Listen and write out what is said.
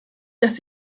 dass